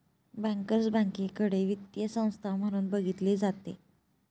bankers बँकेकडे वित्तीय संस्था म्हणून बघितले जाते